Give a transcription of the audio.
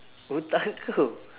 otak kau